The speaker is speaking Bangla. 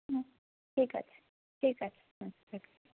হু ঠিক আছে ঠিক আছে হুম হুম